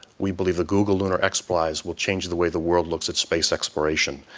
we believe the google lunar x prize will change the way the world looks at space exploration.